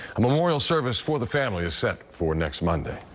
a memorial service for the family is set for next monday.